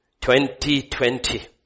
2020